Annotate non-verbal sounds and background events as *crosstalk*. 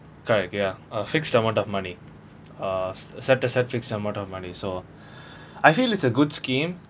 correct ya a fixed amount of money uh set aside fixed amount of money so *breath* I feel it's a good scheme